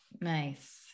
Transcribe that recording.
Nice